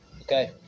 okay